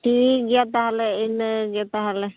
ᱴᱷᱤᱠ ᱜᱮᱭᱟ ᱛᱟᱦᱚᱞᱮ ᱤᱱᱟᱹᱜᱮ ᱛᱟᱦᱚᱞᱮ